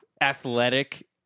athletic